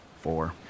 four